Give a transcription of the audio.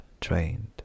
trained